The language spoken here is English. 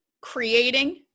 creating